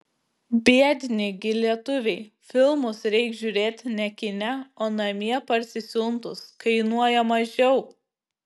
biedni gi lietuviai filmus reik žiūrėt ne kine o namie parsisiuntus kainuoja mažiau